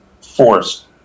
force